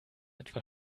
etwa